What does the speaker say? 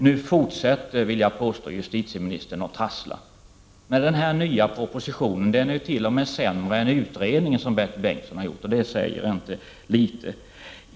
Nu fortsätter justitieministern och trasslar, vill jag påstå. Propositionens förslag är t.o.m. sämre än utredningen som Bertil Bengtsson har gjort, och det vill inte säga litet.